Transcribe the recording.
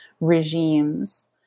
regimes